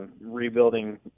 rebuilding